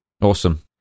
Awesome